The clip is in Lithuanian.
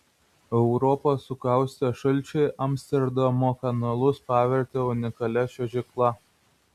europą sukaustę šalčiai amsterdamo kanalus pavertė unikalia čiuožykla